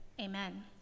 amen